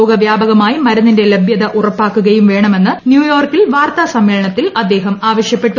ലോക വ്യാപകമായി മരുന്നിന്റെ ലഭ്യത ഉറപ്പാക്കുകയും വേണമെന്ന് ന്യൂയോർക്കിൽ വാർത്താ സമ്മേളനത്തിൽ അദ്ദേഹം ആവശ്യപ്പെട്ടു